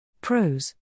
Pros